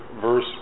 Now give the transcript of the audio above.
verse